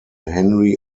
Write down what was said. henry